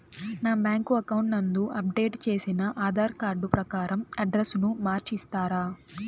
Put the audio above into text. నా bank account నందు update చేసిన ఆధార్ కార్డు ప్రకారం అడ్రస్ ను మార్చిస్తారా?